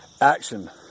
action